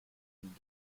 and